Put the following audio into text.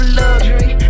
luxury